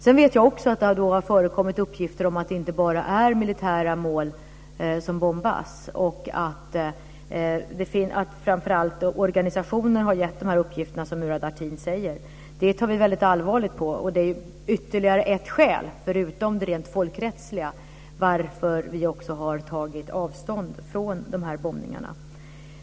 Jag vet också att det har förekommit uppgifter om att det inte bara är militära mål som bombas. Att framför allt organisationer har gett de uppgifter som Murad Artin nämner tar vi mycket allvarligt på. Det är ytterligare ett skäl, förutom det rent folkrättsliga, till att vi också har tagit avstånd från de här bombningarna.